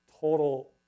total